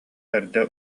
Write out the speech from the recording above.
эрдэ